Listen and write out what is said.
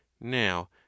now